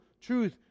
truth